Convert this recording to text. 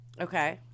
Okay